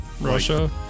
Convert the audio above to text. Russia